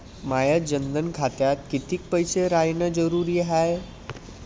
माया जनधन खात्यात कितीक पैसे रायन जरुरी हाय?